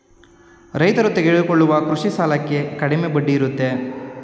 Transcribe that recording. ರೈತರು ತೆಗೆದುಕೊಳ್ಳುವ ಕೃಷಿ ಸಾಲಕ್ಕೆ ಕಡಿಮೆ ಬಡ್ಡಿ ಇರುತ್ತೆ